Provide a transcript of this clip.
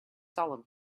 solemn